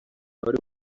wari